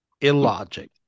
illogic